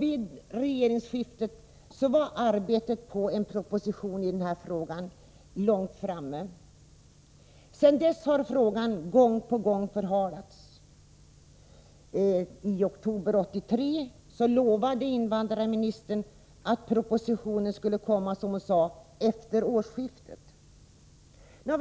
Vid regeringsskiftet var arbetet på en proposition i frågan långt framskridet. Frågan har sedan dess förhalats gång på gång. I oktober 1983 lovade invandrarministern att propositionen skulle komma ”efter årsskiftet”.